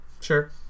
Sure